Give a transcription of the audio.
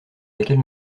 laquelle